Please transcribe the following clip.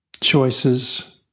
choices